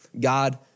God